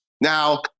Now